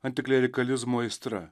antiklerikalizmo aistra